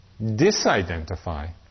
disidentify